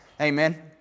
Amen